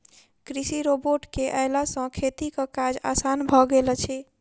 कृषि रोबोट के अयला सॅ खेतीक काज आसान भ गेल अछि